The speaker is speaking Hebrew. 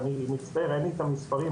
ואני מצטער שאין לי את המספרים,